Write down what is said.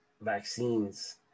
vaccines